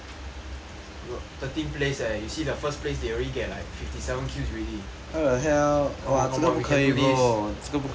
thirteen place eh you see the first place they already get like fifty seven kills already come on come on we can do this